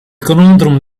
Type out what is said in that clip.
conundrum